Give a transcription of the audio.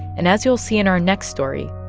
and as you'll see in our next story,